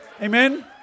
Amen